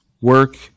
work